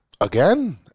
Again